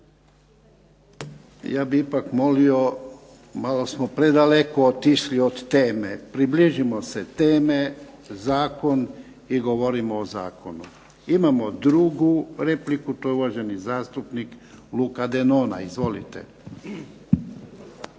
Ja bi ipak molio malo smo predaleko otišli od teme, približimo se temi zakon i govorimo o zakonu. Imamo drugu repliku, to je uvaženi zastupnik Luka Denona, izvolite.